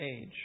age